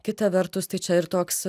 kita vertus tai čia ir toks